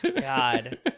God